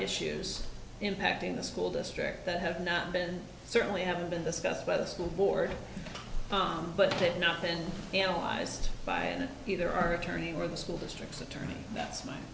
issues impacting the school district that have not been certainly haven't been discussed by the school board but it not been analyzed by either our attorney or the school district attorney that's my